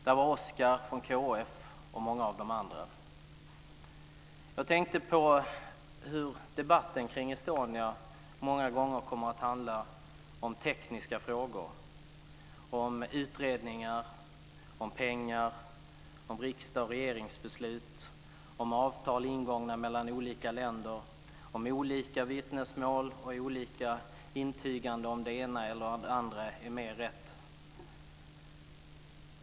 Det var Oskar från KF och många av de andra. Jag tänkte på hur debatten kring Estonia många gånger kommer att handla om tekniska frågor, om utredningar, om pengar, om riksdags och regeringsbeslut, om avtal ingångna mellan olika länder, om olika vittnesmål och olika intyganden om det ena eller det andra är mer rätt.